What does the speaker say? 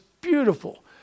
beautiful